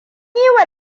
yiwa